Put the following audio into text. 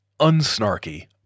unsnarky